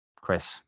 Chris